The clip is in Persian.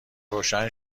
روشن